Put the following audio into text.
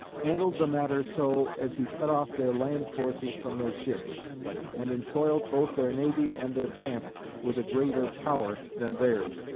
handled the matter so, as he cut off their land-forces from their ships and entoiled both their navy and their tamp with a greater power than theirs,